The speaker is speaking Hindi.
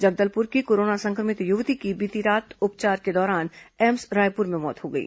जगदलपुर की कोरोना संक्रमित युवती की बीती रात उपचार के दौरान एम्स रायपुर में मौत हो गई